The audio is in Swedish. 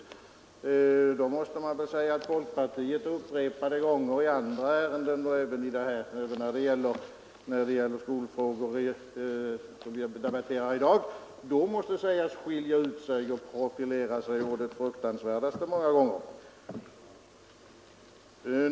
Men då måste man väl säga att folkpartiet upprepade gånger i andra ärenden, och även nu när det gäller de skolfrågor vi debatterar i dag, har skilt ut sig och profilerat sig.